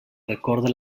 recorda